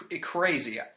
Crazy